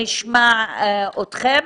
שנשמע אתכם.